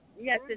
Yes